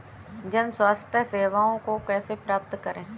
जन स्वास्थ्य सेवाओं को कैसे प्राप्त करें?